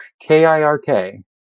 K-I-R-K